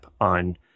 on